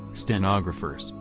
stenographers,